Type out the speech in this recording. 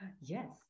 Yes